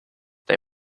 they